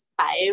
five